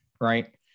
Right